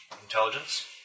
Intelligence